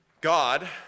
God